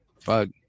fuck